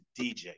DJ